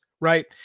right